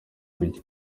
gucya